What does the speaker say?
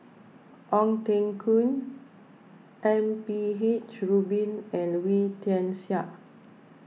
Ong Teng Koon M P H Rubin and Wee Tian Siak